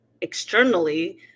externally